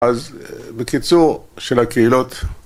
אז בקיצור, של הקהילות.